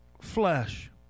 flesh